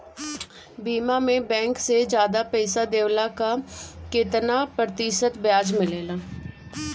बीमा में बैंक से ज्यादा पइसा देवेला का कितना प्रतिशत ब्याज मिलेला?